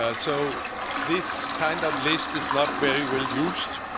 ah so this kind of list it's not very well used.